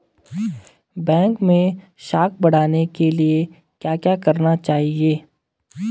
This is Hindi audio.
बैंक मैं साख बढ़ाने के लिए क्या क्या करना चाहिए?